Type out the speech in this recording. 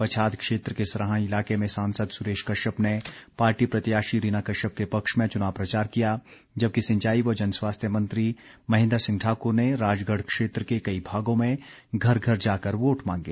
पच्छाद क्षेत्र के सराहां इलाके में सांसद सुरेश कश्यप ने पार्टी प्रत्याशी रीना कश्यप के पक्ष में चुनाव प्रचार किया जबकि सिंचाई व जनस्वास्थ्य मंत्री महेन्द्र सिंह ठाकुर ने राजगढ़ के कई भागों में घर घर जाकर वोट मांगे